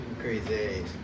Crazy